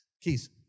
Keys